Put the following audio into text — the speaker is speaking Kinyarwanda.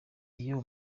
iyo